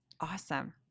Awesome